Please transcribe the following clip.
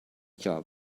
job